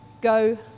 go